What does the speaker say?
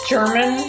German